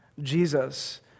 Jesus